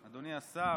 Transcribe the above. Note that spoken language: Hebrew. פיקציה של האופוזיציה.